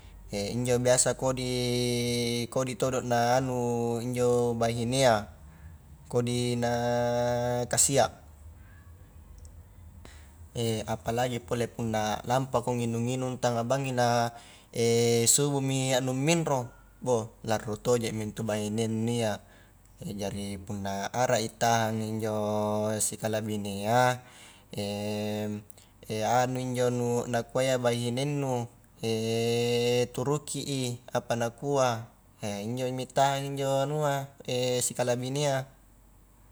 injo biasa kodi-kodi todo na anu injo bahinea kodi na kasia, apalagi pole punna lampako nginung-nginung tanga bangngi na subuhmi nu minro, boh larro tojemi intu bahihengnu iya jari punna ara i tahan injo sikala binea anu injo nakuaia injo bahinengnu turuki i apa nakua injomi tahangi injo anua sikalabineanga.